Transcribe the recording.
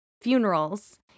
funerals